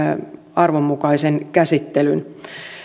arvonsa mukaisen käsittelyn